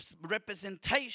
representation